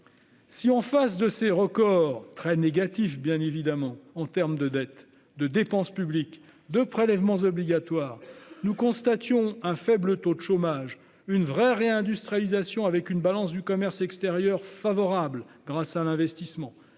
Si, en face de ces records, très négatifs, bien évidemment, en matière de dette, de dépenses publiques, de prélèvements obligatoires, nous constations un faible taux de chômage, une vraie réindustrialisation, avec une balance de commerce extérieur favorable grâce à l'investissement,